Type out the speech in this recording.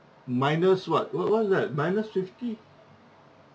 minus what what what's that minus fifty